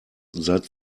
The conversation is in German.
seit